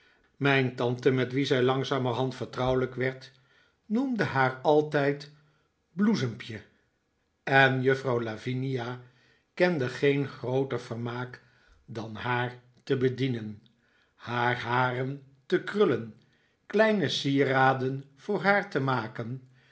mijn tante met wie zij langzamerhand vertrouwelijk werd noemde haar altijd bloesempje en juffrouw lavinia kende geen grooter vermaak dan haar te bedienen haar haren te krullen kleine sieraden voor haar te maken